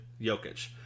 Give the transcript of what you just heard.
Jokic